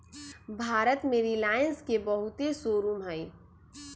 भारत में रिलाएंस के बहुते शोरूम हई